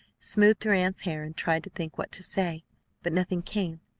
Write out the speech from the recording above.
smoothed her aunt's hair, and tried to think what to say but nothing came.